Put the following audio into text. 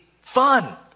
fun